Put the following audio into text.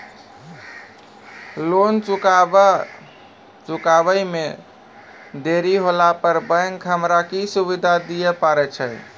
Loan चुकब इ मे देरी होला पर बैंक हमरा की सुविधा दिये पारे छै?